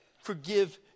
Forgive